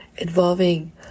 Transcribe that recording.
involving